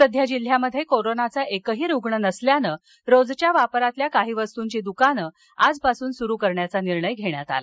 सध्या जिल्ह्यात कोरोनाचा एकही रुग्ण नसल्यानं रोजच्या वापरातील काही वस्तूंची दुकानं आजपासून सुरू करण्याचा निर्णय घेण्यात आला